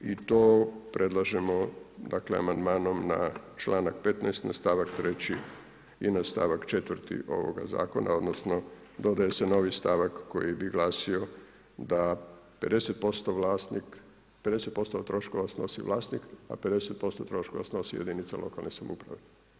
I to predlažemo amandmanom na članak 15., na stavak 3. i na stavak 4. ovoga zakona odnosno dodaje se novi stavak koji bi glasio da 50% troškova snosi vlasnik, a 50% troškova snosi jedinica lokalne samouprave.